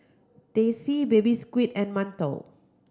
Teh C Baby Squid and mantou